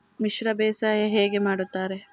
ಮಿಶ್ರ ಬೇಸಾಯ ಹೇಗೆ ಮಾಡುತ್ತಾರೆ?